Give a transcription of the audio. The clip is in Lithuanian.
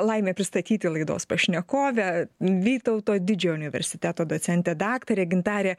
laimė pristatyti laidos pašnekovę vytauto didžiojo universiteto docentė daktarė gintarė